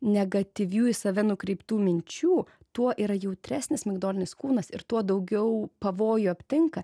negatyvių į save nukreiptų minčių tuo yra jautresnis migdolinis kūnas ir tuo daugiau pavojų aptinka